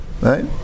right